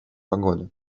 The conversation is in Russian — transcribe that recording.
погоды